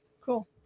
Cool